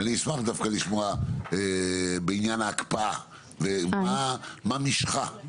אני אשמח דווקא לשמוע בעניין ההקפאה ומה משכה.